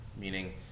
meaning